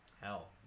Hell